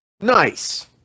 Nice